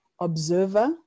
observer